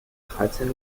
dreizehn